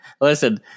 listen